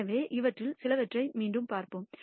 எனவே இவற்றில் சிலவற்றை மீண்டும் பார்ப்போம்